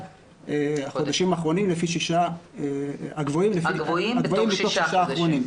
חודשים גבוהים מתוך השישה האחרונים.